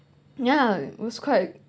ya it was quite